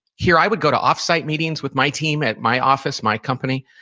here i would go to offsite meetings with my team at my office, my company.